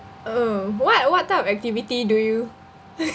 mm what what type of activity do you